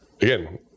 Again